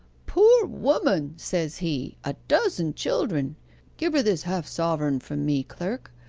poor woman, says he, a dozen children give her this half-sovereign from me, clerk.